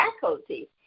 faculty